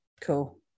cool